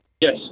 Yes